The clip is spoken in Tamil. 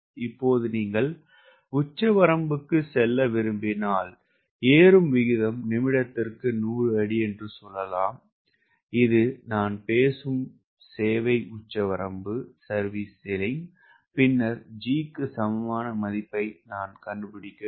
இப்போது நீங்கள் உச்சவரம்புக்கு செல்ல விரும்பினால் ஏறும் விகிதம் நிமிடத்திற்கு 100 அடி என்று சொல்லலாம் இது நான் பேசும் சேவை உச்சவரம்பு பின்னர் G க்கு சமமான மதிப்பை நான் கண்டுபிடிக்க வேண்டும்